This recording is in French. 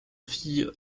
fille